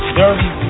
dirty